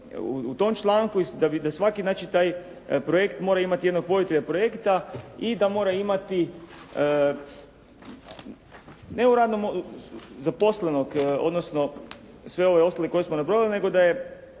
u tom članku, da svaki znači taj projekt mora imati jednog voditelja projekta i da mora imati ne u, zaposlenog odnosno sve ove ostale koje smo nabrojili nego da je